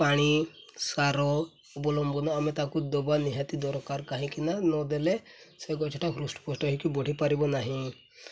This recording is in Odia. ପାଣି ସାର ଅବଲମ୍ବନ ଆମେ ତାକୁ ଦବା ନିହାତି ଦରକାର କାହିଁକି ନା ନ ଦେଲେ ସେ ଗଛଟା ହୃଷ୍ଠପୃଷ୍ଟ ହେଇକି ବଢ଼ିପାରିବ ନାହିଁ